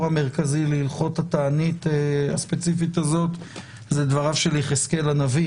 המרכזי להלכות התענית הספציפית הזאת זה דבריו של יחזקאל הנביא,